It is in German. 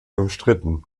umstritten